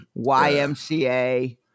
YMCA